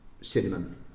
cinnamon